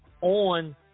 on